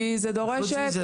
כי בסוף, זה דורש תקנות.